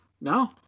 No